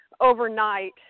overnight